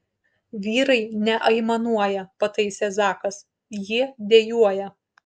vyrai neaimanuoja pataisė zakas jie dejuoja